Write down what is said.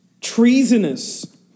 treasonous